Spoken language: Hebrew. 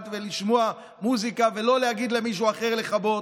ולשמוע מוזיקה ולא להגיד למישהו אחר לכבות,